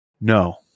No